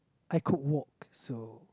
I could walk so